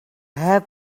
have